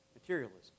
materialism